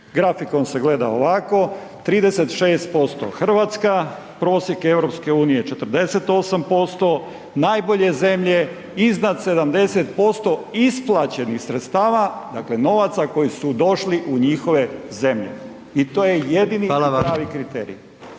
Grafikon se gleda ovako, 36% Hrvatska, prosjek EU-a je 48%, najbolje zemlje iznad 70% isplaćenih sredstava, dakle novaca koji su došli u njihove zemlje i to je jedini i pravi kriterij.